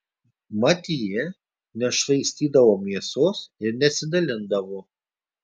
mat ji nešvaistydavo mėsos ir nesidalindavo